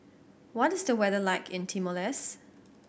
what is the weather like in Timor Leste